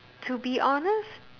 to be honest